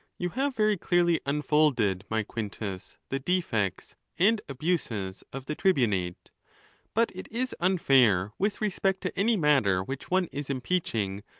you have very clearly unfolded, my quintus, the defects and abuses of the tribunate but it is unfair, with respect to any matter which one is impeaching,